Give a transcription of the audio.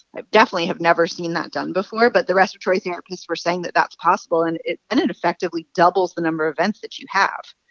i definitely have never seen that done before. but the respiratory therapists were saying that that's possible, and it and it effectively doubles the number of vents that you have.